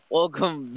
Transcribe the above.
Welcome